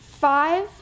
Five